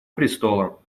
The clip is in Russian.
престола